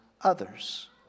others